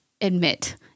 admit